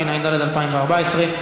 התשע"ה 2014,